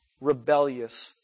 rebellious